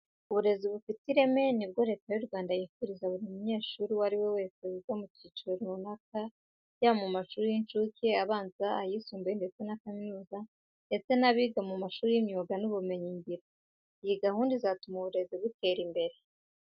Uburezi bufite ireme ni bwo Leta y'u Rwanda yifuriza buri munyeshuri uwo ari we wese wiga mu cyiciro runaka yaba mu mashuri y'incuke, abanza, ayisumbuye, kaminuza ndetse n'abiga mu mashuri y'imyuga n'ubumenyingiro. Iyi gahunda izatuma uburezi butera imbere.